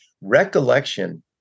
recollection